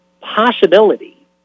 possibility